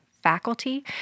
Faculty